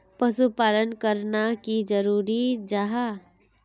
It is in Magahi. पशुपालन करना की जरूरी जाहा?